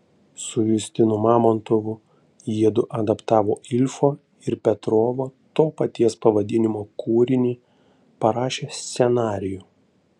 su justinu mamontovu jiedu adaptavo ilfo ir petrovo to paties pavadinimo kūrinį parašė scenarijų